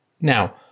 Now